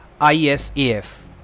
ISAF